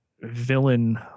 villain